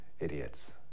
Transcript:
Idiots